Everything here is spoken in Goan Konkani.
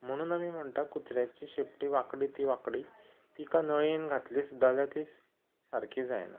म्हणून आमी म्हणटा कुत्र्याची शेंपटी वांकडी ती वांकडी तिका नळयेन घातली सुद्दां जाल्यार ती सारकी जायना